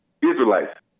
Israelites